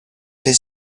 his